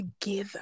together